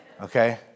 Okay